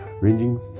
ranging